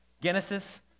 Genesis